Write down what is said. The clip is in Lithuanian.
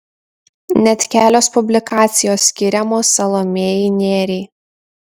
net kelios publikacijos skiriamos salomėjai nėriai